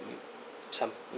some